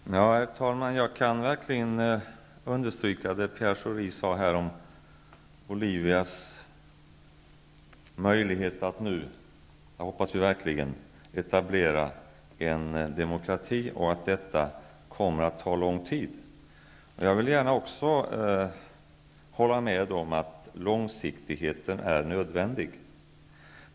Herr talman! Jag kan verkligen understryka det Pierre Schori sade om Bolivias möjlighet att nu etablera en demokrati och att detta kommer att ta lång tid. Jag vill gärna också hålla med om att långsiktigheten är nödvändig.